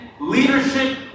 leadership